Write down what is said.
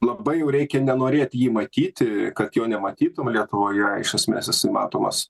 labai jau reikia nenorėt jį matyti kad jo nematytum lietuvoje iš esmės jisai matomas